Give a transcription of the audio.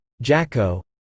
jacko